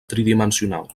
tridimensional